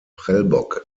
prellbock